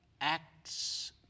Acts